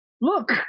look